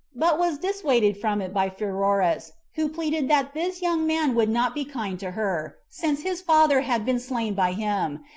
but was dissuaded from it by pheroras, who pleaded that this young man would not be kind to her, since his father had been slain by him,